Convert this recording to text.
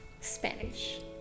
Spanish